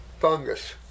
Fungus